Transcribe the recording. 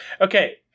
Okay